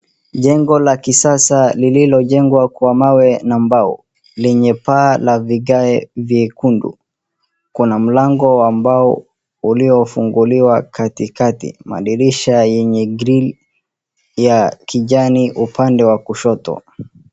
Jengo la kisasa lililojengwa kwa mawe na mbao lenye paa la vigae vyekundu. Kuna mlango wa mbao uliofunguliwa katikati, madirisha yenye grill ya kijani upande wa kushoto.